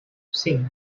cinc